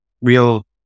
real